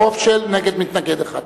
ברוב של שמונה נגד מתנגד אחד.